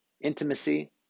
intimacy